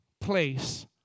place